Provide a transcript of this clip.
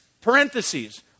parentheses